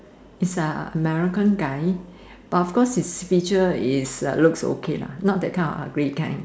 is ah American guy but of course his feature is uh looks okay lah not that kind of ugly kind